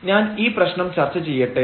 ഞാൻ ഈപ്രശ്നം ചർച്ച ചെയ്യട്ടെ